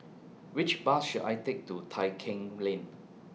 Which Bus should I Take to Tai Keng Lane